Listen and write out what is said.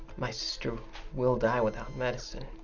my sister will die without medicine.